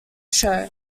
show